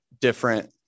different